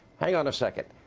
hang on a second.